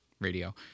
radio